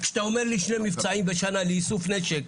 כשאתה אומר לי שני מבצעים בשנה לאיסוף נשק,